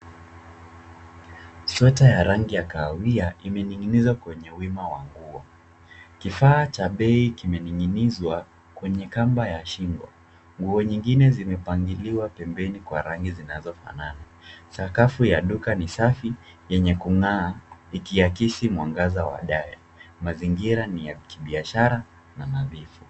Sweta ya rangi ya kahawia imeninginizwa kwenye wima wa nguo. Kifaa cha bei kimening'inizwa kwenye kamba ya shingo. Nguo zingine zimepangiliwa pembeni kwa rangi zinazofanana. Sakafu ya duka ni safi yenye kung'aa ikiakisi mwangaza wa dari. Mazingira ni ya kibiashara na nadhifu.